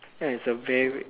ya is a very